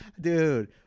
dude